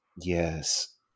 yes